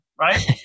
right